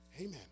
Amen